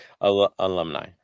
alumni